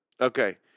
Okay